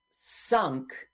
sunk –